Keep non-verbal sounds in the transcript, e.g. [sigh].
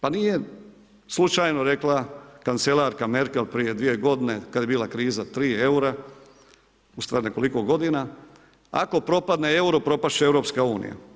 Pa nije slučajno rekla kancelarka Merkel prije dvije godine kad je bila kriza 3 eura ... [unintelligible] nekoliko godina, ako propadne euro, propast će EU.